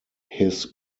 his